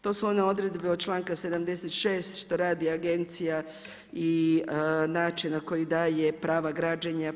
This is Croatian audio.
To su one odredbe od članka 76. što radi agencija i način na koji daje prava građenja.